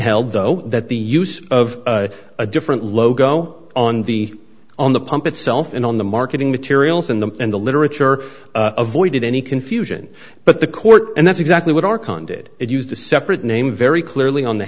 held though that the use of a different logo on the on the pump itself and on the marketing materials in them and the literature avoided any confusion but the court and that's exactly what our condit it used to separate name very clearly on the